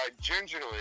gingerly